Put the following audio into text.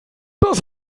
das